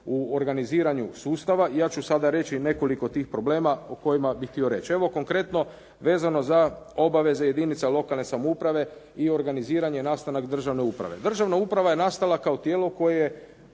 u organiziranju sustava i ja ću sada reći nekoliko tih problema o kojima bih htio reći. Evo konkretno vezano za obaveze jedinica lokalne samouprave i organiziranje nastanak državne uprave. Državna uprava je nastala kao tijelo koje u